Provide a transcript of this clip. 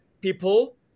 people